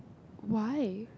why